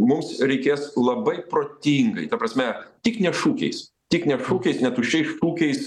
mums reikės labai protingai ta prasme tik ne šūkiais tik ne šūkiais ne tuščiais šūkiais